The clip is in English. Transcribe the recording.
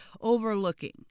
overlooking